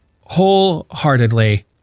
wholeheartedly